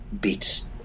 beats